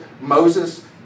Moses